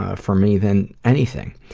ah for me than anything.